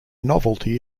novelty